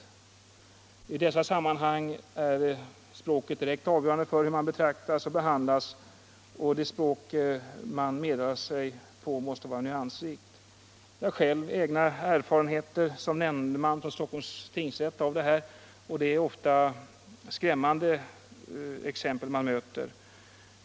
Just i dessa sammanhang är språket direkt avgörande för hur man betraktas och behandlas, varför det språk som man meddelar sig på måste vara nyansrikt. Jag har som nämndeman i Stockholms tingsrätt egna erfarenheter av detta. Det är ofta skrämmande exempel man där kan möta.